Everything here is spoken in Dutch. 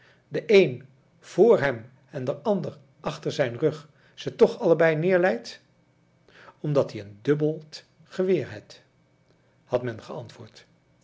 de een vr hem en de ander achter zijn rug ze toch allebei neerleit omdat ie een dubbeld geweer het had men geantwoord